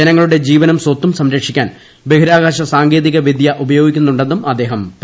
ജനങ്ങളുടെ ജീവനും സ്വത്തും സംരക്ഷിക്കാൻ ബഹിരാകാശ സാങ്കേതിക വിദ്യ ഉപയോഗിക്കുന്നുണ്ടെന്നും അദ്ദേഹം പറഞ്ഞു